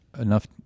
enough